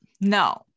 no